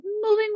moving